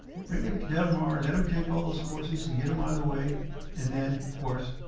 bring him to del mar, let him take all those courses and get em out of the way and then of course,